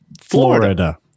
Florida